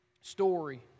story